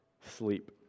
sleep